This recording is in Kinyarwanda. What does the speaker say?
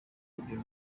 ibyo